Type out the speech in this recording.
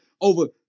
over